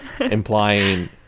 Implying